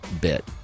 bit